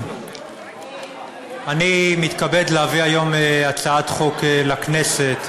אני מתכבד להביא היום הצעת חוק לכנסת,